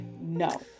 no